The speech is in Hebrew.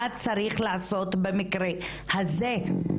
מה צריך לעשות במקרה הזה.